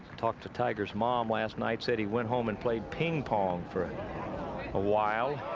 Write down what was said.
talked to tiger's mom last night. said he went home and played ping-pong for awhile.